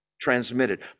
transmitted